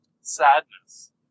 Sadness